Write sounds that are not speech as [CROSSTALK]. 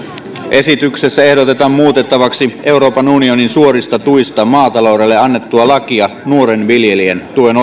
esityksessä ehdotetaan muutettavaksi euroopan unionin suorista tuista maataloudelle annettua lakia nuoren viljelijän tuen [UNINTELLIGIBLE]